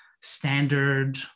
standard